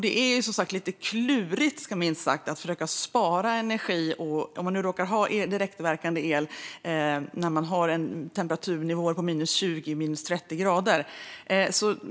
Det är som sagt lite klurigt, minst sagt, att om man råkar ha direktverkande el försöka spara energi när man har temperaturer på minus 20 eller minus 30 grader.